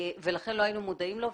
ולכן לא היינו מודעים לו.